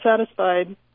satisfied